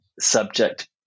subject